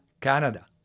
Canada